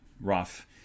rough